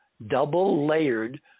double-layered